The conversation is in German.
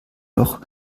noch